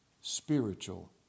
spiritual